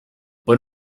por